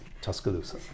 Tuscaloosa